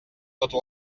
tota